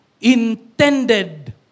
intended